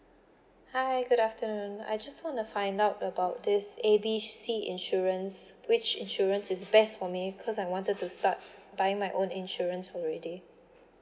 hi good afternoon I just wanna find out about this A B C insurance which insurance is best for me because I wanted to start buying my own insurance already